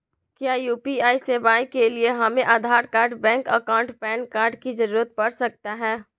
क्या यू.पी.आई सेवाएं के लिए हमें Aadhaar card bank account PAN card की जरूरत पड़ सकता है?